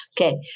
Okay